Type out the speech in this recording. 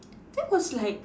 that was like